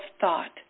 thought